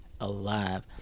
alive